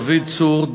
דוד צור,